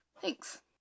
thanks